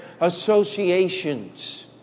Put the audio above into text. associations